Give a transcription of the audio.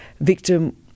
victim